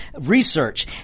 research